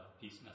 peace